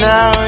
Now